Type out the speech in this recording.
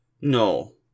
No